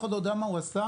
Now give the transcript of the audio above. לא יודע מה הוא עשה,